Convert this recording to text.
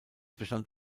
bestand